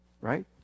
Right